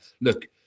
Look